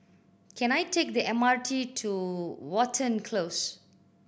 can I take the M R T to Watten Close